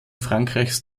frankreichs